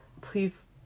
Please